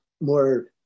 more